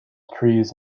trees